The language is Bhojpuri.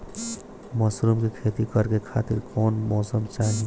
मशरूम के खेती करेके खातिर कवन मौसम सही होई?